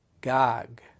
Gog